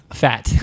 fat. (